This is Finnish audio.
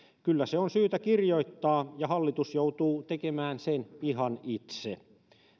kyllä se on syytä kirjoittaa ja hallitus joutuu tekemään sen ihan itse